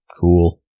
Cool